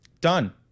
done